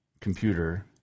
computer